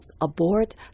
aboard